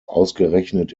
ausgerechnet